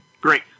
Great